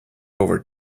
over